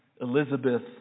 Elizabeth